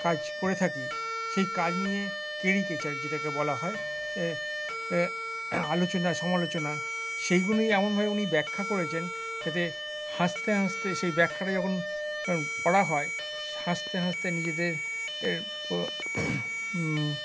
কাজ করে থাকি সেই কাজ নিয়ে কেরিকেচার যেটাকে বলা হয় আলোচনা সমালোচনা সেইগুনোই এমনভাবে উনি ব্যাখ্যা করেছেন যাতে হাসতে হাসতে সেই ব্যাখ্যাটা যখন পড়া হয় হাসতে হাসতে নিজেদের